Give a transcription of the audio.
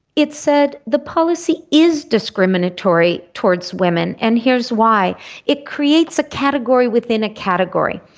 it said the policy is discriminatory towards women and here's why it creates a category within a category.